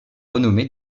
renommé